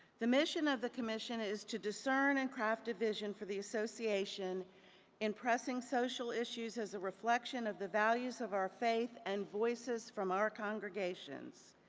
the mission of the commission is to discern and craft a vision for the association in pressing social issues as a reflection of the values of our faith and voices from our congregations.